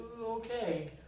okay